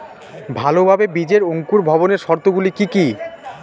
ভালোভাবে বীজের অঙ্কুর ভবনের শর্ত গুলি কি কি?